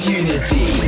unity